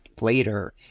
later